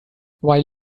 while